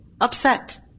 Upset